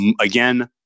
again